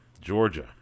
Georgia